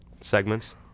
Segments